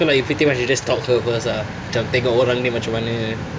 so like you pretty much just stalk her first ah cam tengok orang ni macam mana